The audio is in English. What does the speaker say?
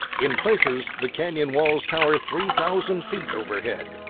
in places, the canyon walls tower three thousand feet overhead.